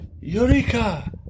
Eureka